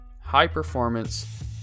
high-performance